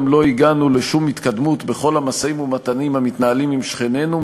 גם לא הגענו לשום התקדמות בכל המשאים-ומתנים המתנהלים עם שכנינו.